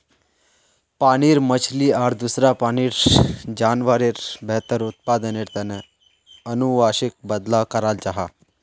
पानीर मछली आर दूसरा पानीर जान्वारेर बेहतर उत्पदानेर तने अनुवांशिक बदलाव कराल जाहा